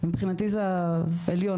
מבחינתי זה העליון.